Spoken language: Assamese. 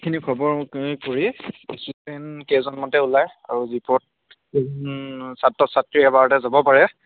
সেইখিনি খবৰ তুমি কৰি এচিছটেন্ট কেইজন মতে ওলায় আৰু জীপত ছাত্ৰ ছাত্ৰী এবাৰতে যাব পাৰে